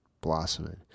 blossoming